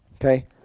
okay